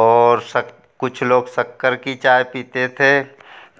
और स कुछ लोग शक्कर की चाय पीते थे